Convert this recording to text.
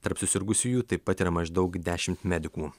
tarp susirgusiųjų taip pat yra maždaug dešimt medikų